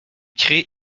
crée